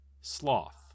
sloth